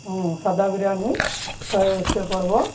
ହୁଁ ସାଧା ବିରିୟାନୀ ଶହେ ଅଶୀରେ ପଡ଼ିବ